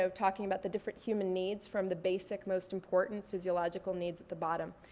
um talking about the different human needs from the basic most important physiological needs at the bottom.